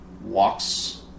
walks